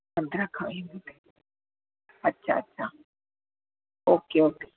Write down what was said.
पन्द्रहं खां वीह मीटर अच्छा अच्छा ओके ओके